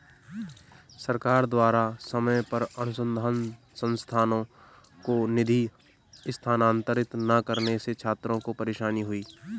सरकार द्वारा समय पर अनुसन्धान संस्थानों को निधि स्थानांतरित न करने से छात्रों को परेशानी हुई